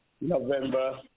November